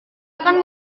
akan